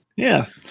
yeah,